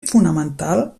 fonamental